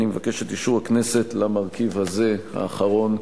אני מבקש את אישור הכנסת למרכיב הזה, האחרון,